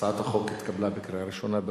הצעת חוק ההוצאה לפועל (תיקון מס' 39)